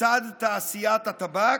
מצד תעשיית הטבק,